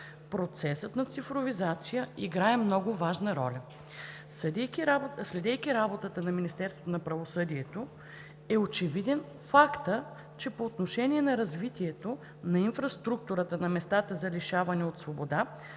процесът на цифровизация играе много важна роля. Следейки работата на Министерството на правосъдието, е очевиден фактът, че по отношение на развитието на инфраструктурата на местата за лишаване от свобода